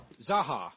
Zaha